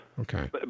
Okay